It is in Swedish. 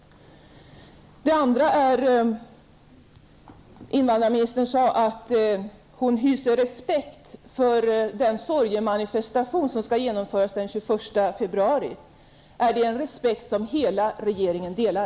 Invandrarministern sade att hon hyser respekt för den sorgemanifestation som skall genomföras den 21 februari. Är det en respekt som hela regeringen delar?